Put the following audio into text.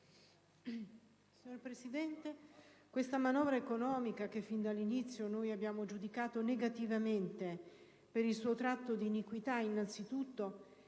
Signora Presidente, questa manovra economica, che fin dall'inizio abbiamo giudicato negativamente per il suo tratto di iniquità innanzitutto,